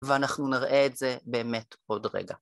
ואנחנו נראה את זה באמת עוד רגע.